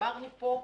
אמרנו פה,